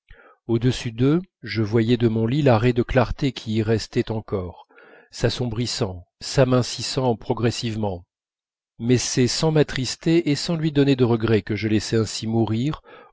au-dessus d'eux je voyais de mon lit la raie de clarté qui y restait encore s'assombrissant s'amincissant progressivement mais c'est sans m'attrister et sans lui donner de regret que je laissais ainsi mourir